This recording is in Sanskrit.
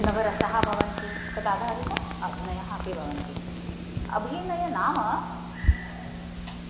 नवरसाः भवन्ति तदाधारित अभिनयाः अपि भवन्ति अभिनयः नाम